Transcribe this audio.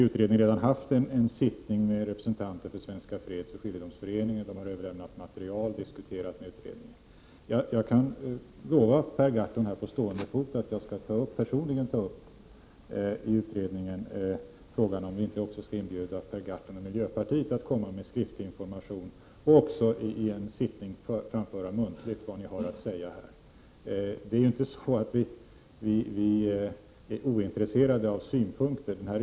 Utredningen har redan haft en sittning med representanter för Svenska fredsoch skiljedomsföreningen, som har överlämnat material och diskuterat med utredningen. Jag kan på stående fot lova Per Gahrton att jag personligen i utredningen skall ta upp frågan om inte Per Gahrton och miljöpartiet skall få lämna skriftlig information och även i en sittning muntligen få framföra era synpunkter. Vi är verkligen inte ointresserade av synpunkter.